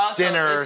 dinner